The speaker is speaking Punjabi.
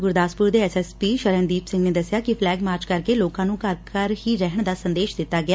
ਗੁਰਦਾਸਪੁਰ ਦੇ S S P Sharandeep Singh ਨੇ ਦਸਿਆ ਕਿ ਫਲੈਗ ਮਾਰਚ ਕਰਕੇ ਲੋਕਾਂ ਨੂੰ ਘਰ ਚ ਹੀ ਰਹਿਣ ਦਾ ਸੰਦੇਸ਼ ਦਿੱਤਾ ਗਿਆ